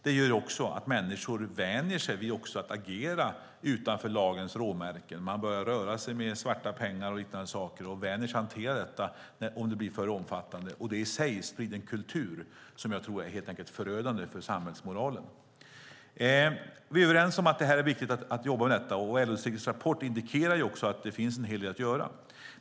Det gör också att människor vänjer sig vid att agera utanför lagens råmärken. Man börjar röra sig med svarta pengar och liknande saker och vänjer sig vid detta om det blir för omfattande. Det i sig sprider en kultur som jag tror är förödande för samhällsmoralen. Vi är överens om att det är viktigt att jobba med detta. LO-distriktets rapport indikerar att det finns en hel del att göra.